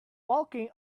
walking